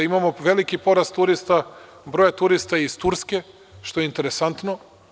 Imamo veliki porast broja turista iz Turske, što je interesantno.